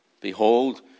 Behold